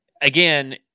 again